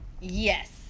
yes